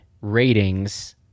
ratings